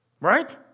Right